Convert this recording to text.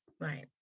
Right